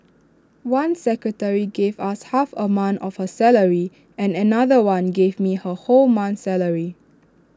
one secretary gave us half A month of her salary and another one gave me her whole month's salary